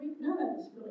None